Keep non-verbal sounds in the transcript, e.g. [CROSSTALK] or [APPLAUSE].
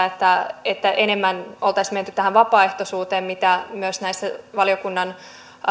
[UNINTELLIGIBLE] että että enemmän oltaisiin menty tähän vapaaehtoisuuteen mitä myös näissä valiokunnan